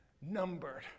numbered